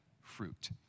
fruit